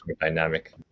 dynamic